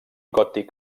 gòtic